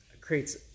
creates